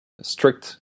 strict